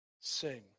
sing